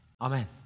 Amen